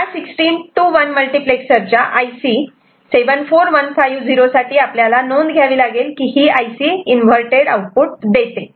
आणि या 16 to 1 मल्टिप्लेक्सरच्या IC 74150 साठी आपल्याला नोंद घ्यावी लागेल की ही IC इन्वव्हरटेड आउटपुट देते